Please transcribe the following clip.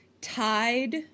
tied